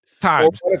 times